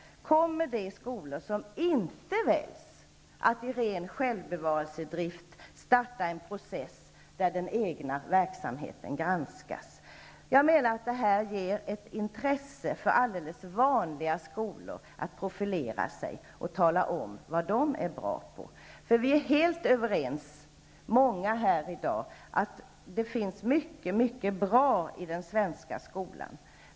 Då kommer de skolor som inte väljs att i ren självbevarelsedrift starta en process där den egna verksamheten granskas. Det här skapar ett intresse för vanliga skolor att profilera sig och tala om vad de är bra på. Vi är många här i dag som är helt överens om att det finns mycket som är bra i den svenska skolan.